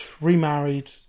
remarried